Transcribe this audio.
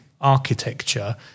architecture